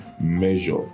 measure